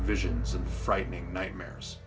visions and frightening nightmares